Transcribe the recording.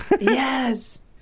yes